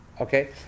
okay